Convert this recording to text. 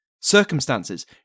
Circumstances